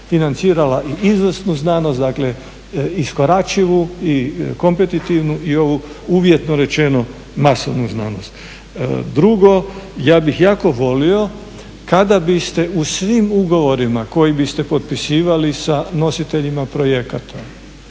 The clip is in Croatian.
financirala i izvrsnu znanost. Dakle, iskoračivu i kompetitivnu i ovu uvjetno rečenu masovnu znanost. Drugo, ja bih jako volio kada biste u svim ugovorima koje biste potpisivali sa nositeljima projekata